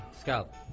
scalp